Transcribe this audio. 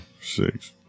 six